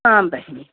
आं बहिनी